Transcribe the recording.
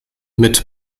mit